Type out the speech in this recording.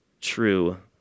true